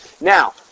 Now